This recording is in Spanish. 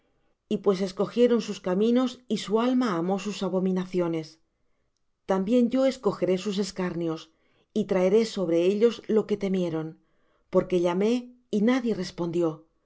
y pues escogieron sus caminos y su alma amó sus abominaciones también yo escogeré sus escarnios y traeré sobre ellos lo que temieron porque llamé y nadie respondió